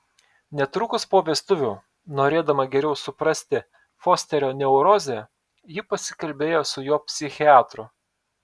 netrukus po vestuvių norėdama geriau suprasti fosterio neurozę ji pasikalbėjo su jo psichiatru